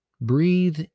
Breathe